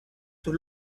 sus